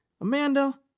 Amanda